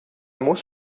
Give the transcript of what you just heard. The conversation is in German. muss